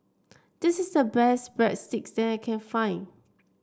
this is the best Breadsticks that I can find